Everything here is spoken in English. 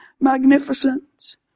magnificent